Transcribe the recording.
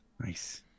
Nice